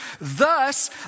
Thus